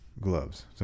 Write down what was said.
gloves